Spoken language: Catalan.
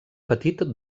petit